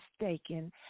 mistaken